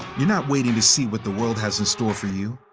you're not waiting to see what the world has in store for you.